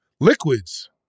Liquids